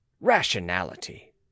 rationality